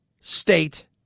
state